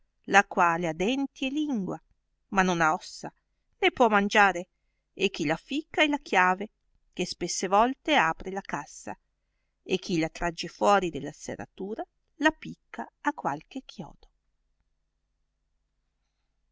la quale ha denti e lingua ma non ha ossa né può mangiare e chi la ficca è la chiave che spesse volte apre la cassa e chi la tragge fuori della serratura la picca a qualche chiodo